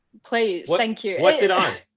please, thank you. what's it on?